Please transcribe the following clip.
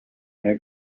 meie